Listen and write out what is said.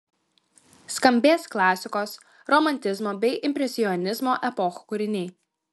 skambės klasikos romantizmo bei impresionizmo epochų kūriniai